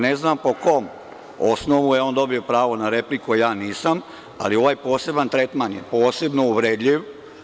Ne znam po kom osnovu je dobio pravo na repliku, a ja nisam, ali ovaj poseban tretman je posebno uvredljiv.